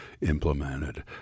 implemented